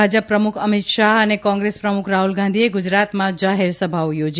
ભાજપ પ્રમુખ અમીત શાહ અને કોંગ્રેસ પ્રમુખ રાહુલ ગાંધીએ ગુજરાતમાં જાહેરસભાઓ યોજી